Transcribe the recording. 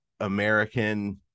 American